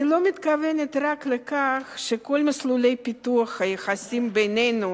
אני לא מתכוונת רק לכך שכל מסלולי פיתוח היחסים בינינו